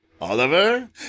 Oliver